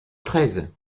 treize